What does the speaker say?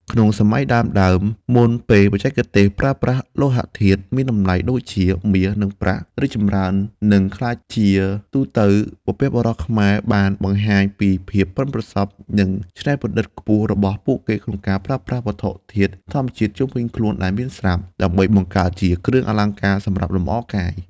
ក្នុងសម័យដើមៗ មុនពេលបច្ចេកទេសប្រើប្រាស់លោហៈធាតុមានតម្លៃដូចជា មាស និងប្រាក់ រីកចម្រើន និងក្លាយជាទូទៅ បុព្វបុរសខ្មែរបានបង្ហាញពីភាពប៉ិនប្រសប់ និងច្នៃប្រឌិតខ្ពស់របស់ពួកគេក្នុងការប្រើប្រាស់ វត្ថុធាតុធម្មជាតិជុំវិញខ្លួនដែលមានស្រាប់ ដើម្បីបង្កើតជាគ្រឿងអលង្ការសម្រាប់លម្អកាយ។